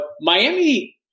Miami